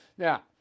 Now